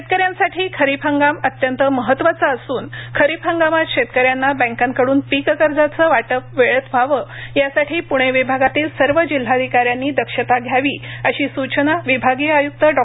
शेतकऱ्यांसाठी खरीप हंगाम अत्यंत महत्वाचा असून खरीप हंगामात शेतकऱ्यांना बँकांकडून पीक कर्जाचं वाटप वेळेत व्हावं यासाठी प्णे विभागातील सर्व जिल्हाधिकाऱ्यांनी दक्षता घ्यावी अशी सूचना विभागीय आय्क्त डॉ